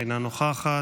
אינה נוכחת,